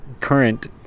current